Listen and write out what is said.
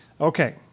Okay